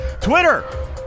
Twitter